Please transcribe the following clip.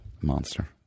monster